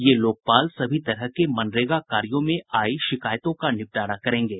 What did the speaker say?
ये लोकपाल सभी तरह के मनरेगा कार्यो में आयी शिकायतों का निपटारा करेंगे